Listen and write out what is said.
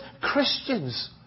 Christians